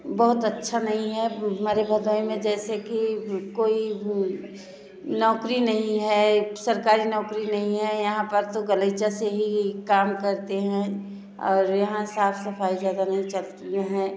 बहुत अच्छा नहीं है हमारे भदोही में जैसे कि कोई नौकरी नहीं है सरकारी नौकरी नहीं है यहाँ पर तो गलीचा से ही काम करते हैं और यहाँ साफ सफाई ज़्यादा नहीं चलती हैं